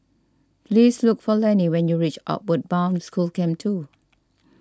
please look for Lennie when you reach Outward Bound School Camp two